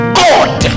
god